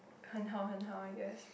很好很好 I guess